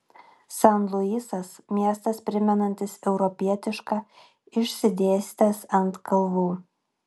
san luisas miestas primenantis europietišką išsidėstęs ant kalvų